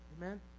Amen